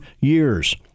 years